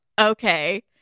Okay